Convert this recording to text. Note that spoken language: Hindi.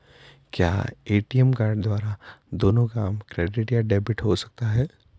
क्या ए.टी.एम कार्ड द्वारा दोनों काम क्रेडिट या डेबिट हो सकता है?